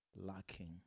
lacking